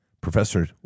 Professor